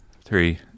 Three